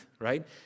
right